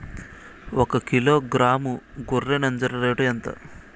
ఒకకిలో గ్రాము గొర్రె నంజర రేటు ఎంత?